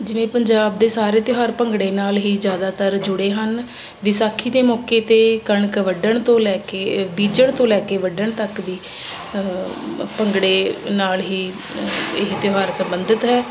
ਜਿਵੇਂ ਪੰਜਾਬ ਦੇ ਸਾਰੇ ਤਿਉਹਾਰ ਭੰਗੜੇ ਨਾਲ ਹੀ ਜ਼ਿਆਦਾਤਰ ਜੁੜੇ ਹਨ ਵਿਸਾਖੀ ਦੇ ਮੌਕੇ 'ਤੇ ਕਣਕ ਵੱਢਣ ਤੋਂ ਲੈ ਕੇ ਬੀਜਣ ਤੋਂ ਲੈ ਕੇ ਵੱਢਣ ਤੱਕ ਵੀ ਭੰਗੜੇ ਨਾਲ ਹੀ ਇਹ ਤਿਉਹਾਰ ਸੰਬੰਧਿਤ ਹੈ